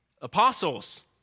Apostles